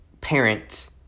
parent